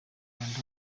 kanda